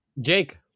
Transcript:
Jake